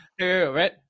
Right